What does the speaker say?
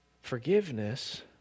Forgiveness